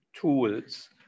tools